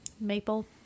maple